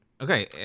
Okay